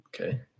Okay